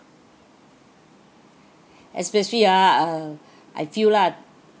especially ah uh I feel lah